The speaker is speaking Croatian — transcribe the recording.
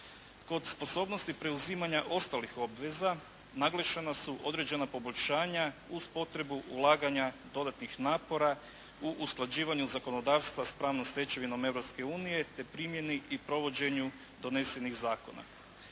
Kod sposobnosti preuzimanja ostalih obveza naglašena su određena poboljšanja uz potrebu ulaganja dodatnih napora u usklađivanju zakonodavstva s pravnom stečevinom Europske unije te primjeni i provođenju donesenih zakona.